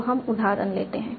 तो हम उदाहरण लेते हैं